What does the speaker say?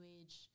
age